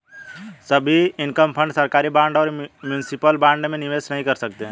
सभी income fund सरकारी bond और म्यूनिसिपल बॉन्ड में निवेश नहीं करते हैं